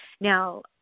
Now